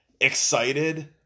excited